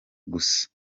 gusa